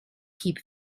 keep